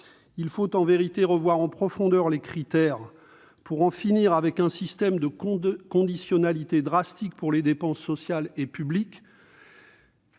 il faut revoir en profondeur tous les critères pour en finir avec un système de conditionnalité draconien pour les dépenses sociales et publiques